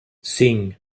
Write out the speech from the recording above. sim